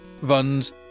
runs